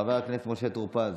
חבר הכנסת משה טור פז,